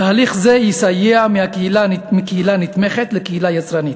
תהליך זה יסייע, מקהילה נתמכת לקהילה יצרנית.